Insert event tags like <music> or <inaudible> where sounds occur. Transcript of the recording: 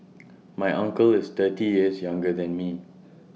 <noise> my uncle is thirty years younger than me